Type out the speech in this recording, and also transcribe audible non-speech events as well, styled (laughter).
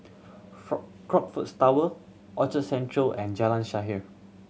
(unintelligible) Crockfords Tower Orchard Central and Jalan Shaer